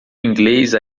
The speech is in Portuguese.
inglês